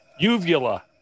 uvula